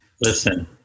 listen